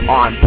on